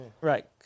Right